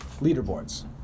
leaderboards